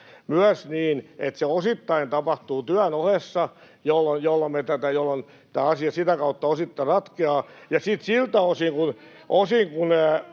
myös niin, että se osittain tapahtuu työn ohessa, jolloin tämä asia sitä kautta osittain ratkeaa. Sitten